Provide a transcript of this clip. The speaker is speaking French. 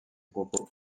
propos